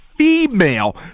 female